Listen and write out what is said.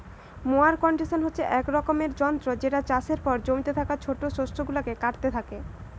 mower condition হচ্ছে এক রকমের যন্ত্র যেটা চাষের পর জমিতে থাকা ছোট শস্য গুলাকে কাটতে থাকে